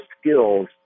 skills